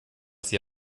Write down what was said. sie